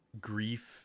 grief